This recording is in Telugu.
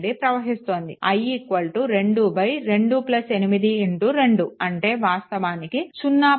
I 228 2 అంటే వాస్తవానికి ఇది 0